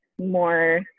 more